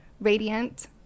radiant